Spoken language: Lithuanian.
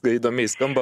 įdomiai skamba